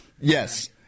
Yes